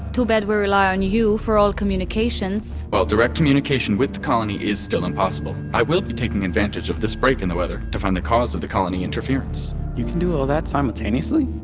too bad we rely on you for all communications while direct communication with the colony is still impossible, i will be taking advantage of this break in the weather to find the cause of the colony interference you can do all that simultaneously?